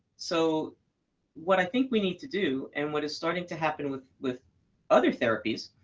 so what i think we need to do, and what is starting to happen with with other therapies,